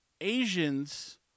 Asians